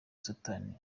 satani